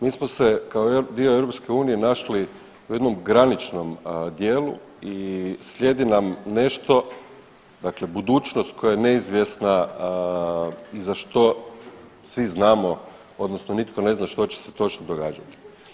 Mi smo se kao jedan dio EU našli u jednom graničnom dijelu i slijedi nam nešto, dakle budućnost koja je neizvjesna i za što svi znamo odnosno nitko ne zna što će se točno događati.